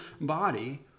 body